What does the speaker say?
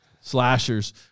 slashers